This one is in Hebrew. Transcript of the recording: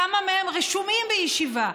כמה מהם רשומים בישיבה?